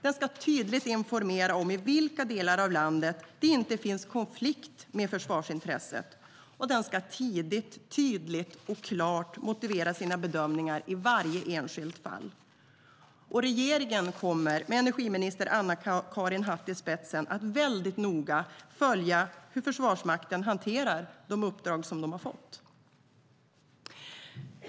Man ska tydligt informera om i vilka delar av landet det inte finns någon konflikt med försvarsintresset, och man ska tidigt, tydligt och klart motivera sina bedömningar i varje enskilt fall. Regeringen kommer, med energiminister Anna-Karin Hatt i spetsen, att väldigt noga följa hur Försvarsmakten hanterar de uppdrag de fått.